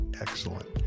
excellent